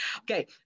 okay